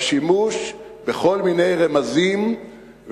בשימוש בכל מיני רמזים סקסיסטיים,